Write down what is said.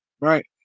right